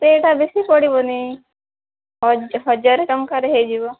ସେଇଟା ବେଶୀ ପଡ଼ିବନି ହଜାରେ ଟଙ୍କାରେ ହେଇଯିବ